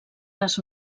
les